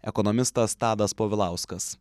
ekonomistas tadas povilauskas